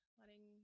letting